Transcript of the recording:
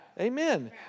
Amen